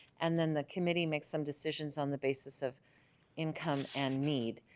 and then the committee makes some decisions on the basis of income and need